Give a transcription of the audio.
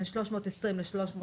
בין 320 ל-360,